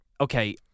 okay